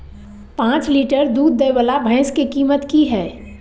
प जॉंच लीटर दूध दैय वाला भैंस के कीमत की हय?